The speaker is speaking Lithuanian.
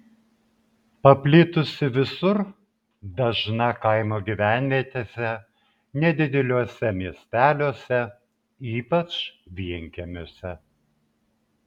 paplitusi visur dažna kaimo gyvenvietėse nedideliuose miesteliuose ypač vienkiemiuose